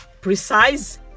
Precise